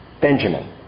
Benjamin